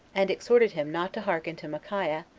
and exhorted him not to hearken to micaiah,